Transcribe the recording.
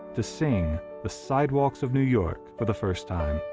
to sing the sidewalks of new york for the first time.